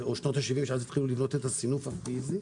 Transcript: או שנות ה-70 שאז התחילו לבנות את הסינוף הפיזי,